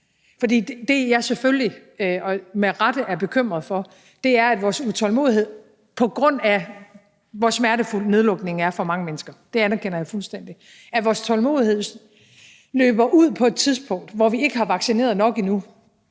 For det, jeg med rette er bekymret for, er, at vores utålmodighed, på grund af hvor smertefuld nedlukning er for mange mennesker, og det anerkender jeg fuldstændig, løber ud på et tidspunkt, hvor vi ikke har vaccineret nok endnu,